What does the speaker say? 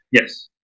yes